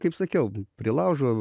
kaip sakiau prie laužo